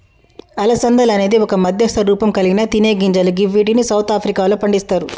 అలసందలు అనేది ఒక మధ్యస్థ రూపంకల్గిన తినేగింజలు గివ్విటిని సౌత్ ఆఫ్రికాలో పండిస్తరు